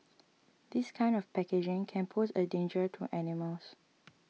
this kind of packaging can pose a danger to animals